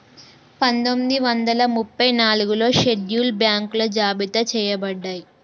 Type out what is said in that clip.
పందొమ్మిది వందల ముప్పై నాలుగులో షెడ్యూల్డ్ బ్యాంకులు జాబితా చెయ్యబడ్డయ్